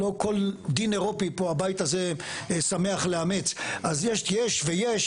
לא כל דין אירופי, הבית הזה שמח לאמץ, אז יש ויש.